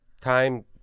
time